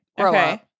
Okay